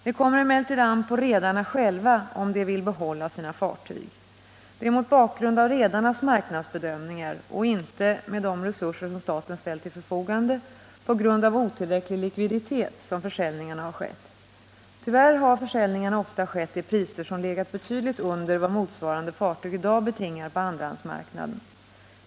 Det kommer emellertid an på redarna själva om de vill behålla sina fartyg. Det är mot bakgrund av redarnas marknadsbedömningar och inte — med de resurser som staten ställt till förfogande — på grund av otillräcklig likviditet som försäljningarna har skett. Tyvärr har försäljningarna ofta skett till priser som legat betydligt under vad motsvarande fartyg i dag betingar på andrahandsmarknaden.